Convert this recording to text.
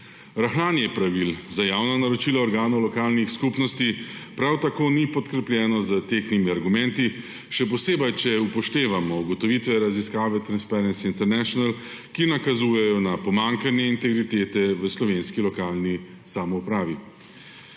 Rahljanje pravil za javna naročila organov lokalnih skupnosti prav tako ni podkrepljeno s tehtnimi argumenti, še posebej če upoštevamo ugotovitve raziskave Transparency International, ki nakazujejo na pomanjkanje integritete v slovenski lokalni samoupravi.